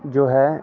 जो है